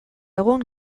egun